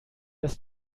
das